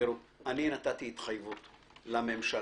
נתתי התחייבות לממשלה,